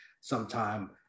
sometime